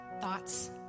thoughts